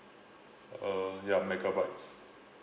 uh ya megabytes